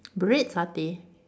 bread satay